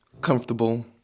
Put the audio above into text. comfortable